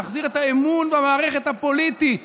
נחזיר את האמון במערכת הפוליטית